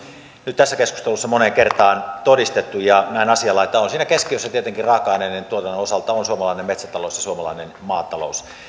nyt tässä keskustelussa moneen kertaan todistettu ja näin asianlaita on on siinä keskiössä tietenkin raaka aineiden tuotannon osalta ovat suomalainen metsätalous ja suomalainen maatalous